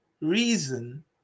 reason